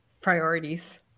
priorities